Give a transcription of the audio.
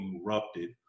erupted